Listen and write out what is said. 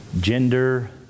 gender